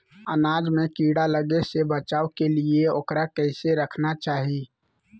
अनाज में कीड़ा लगे से बचावे के लिए, उकरा कैसे रखना चाही?